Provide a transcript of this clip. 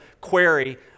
query